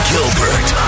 Gilbert